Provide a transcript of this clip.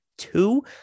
two